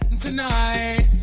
Tonight